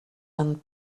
and